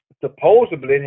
Supposedly